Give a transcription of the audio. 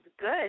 good